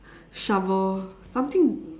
shovel something